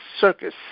circus